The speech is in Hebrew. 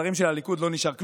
שלשרים של הליכוד לא נשאר כלום.